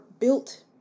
built